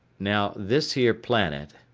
now this here planet,